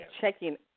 checking